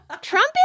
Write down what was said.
trump